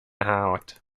haut